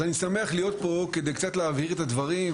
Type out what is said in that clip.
אז אני שמח להיות פה כדי קצת להבהיר את הדברים,